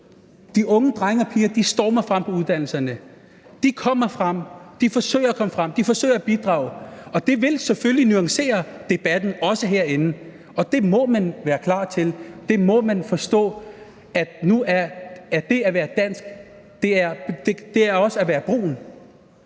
de unge drenge og piger stormer frem på uddannelserne. De kommer frem. De forsøger at komme frem. De forsøger at bidrage, og det vil selvfølgelig nuancere debatten, også herinde. Det må man være klar til. Man må forstå, at det at være dansk også er at være brun.